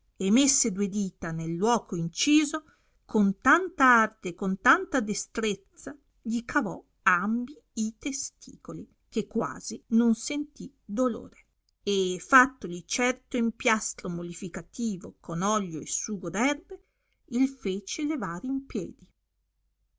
e messe due dita nel luoco inciso con tanta arte e con tanta destrezza gli cavò ambi i testicoli che quasi non sentì dolore e fattogli certo empiastro molliflcativo con oglio e sugo d'erbe il fece levar in piedi